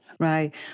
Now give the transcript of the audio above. Right